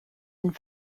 and